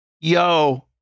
yo